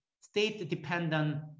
state-dependent